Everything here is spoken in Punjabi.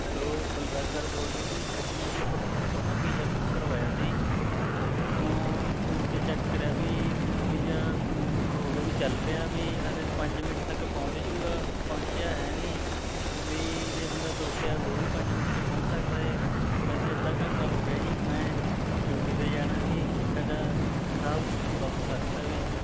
ਹੈਲੋ ਬਲਰਾਜ ਸਰ ਬੋਲਦੇ ਹੋ ਜੀ ਅਸੀਂ ਨਾ ਜੀ ਫੁਰਸਤ ਤੋਂ ਨਾ ਪੀਜ਼ਾ ਬੁੱਕ ਕਰਵਾਇਆ ਸੀ ਫੋਨ 'ਤੇ ਚੈੱਕ ਕਰਿਆ ਵੀ ਪੁ ਪੀਜ਼ਾ ਬੁੱਕ ਹੋ ਗਿਆ ਵੀ ਚੱਲ ਪਿਆ ਵੀ ਹਾਲੇ ਪੰਜ ਮਿੰਟ ਤੱਕ ਪਹੁੰਚ ਜੂਗਾ ਪਹੁੰਚਿਆ ਹੈ ਨਹੀਂ ਵੀ ਜੇ ਬੰਦਾ ਤੁਰ ਕੇ ਆਵੇ ਉਹ ਵੀ ਪੰਜ ਮਿੰਟ 'ਚ ਪਹੁੰਚ ਸਕਦਾ ਹੈ ਵੈਸੇ ਅੱਧਾ ਘੰਟਾ ਹੋ ਗਿਆ ਜੀ ਮੈਂ ਡਿਊਟੀ 'ਤੇ ਜਾਣਾ ਸੀ ਸਾਡਾ ਸਾਹਿਬ ਬਹੁਤ ਸਖਤ ਆ ਵੀ